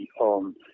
on